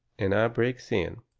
and i breaks in